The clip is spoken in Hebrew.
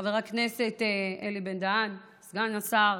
חבר הכנסת אלי בן-דהן, סגן השר,